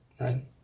right